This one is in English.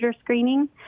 Screening